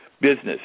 business